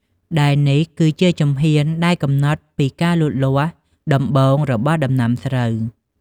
ដែលនេះគឺជាជំហានដែលកំណត់ពីការលូតលាស់ដំបូងរបស់ដំណាំស្រូវ។